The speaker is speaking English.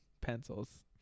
pencils